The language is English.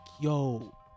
yo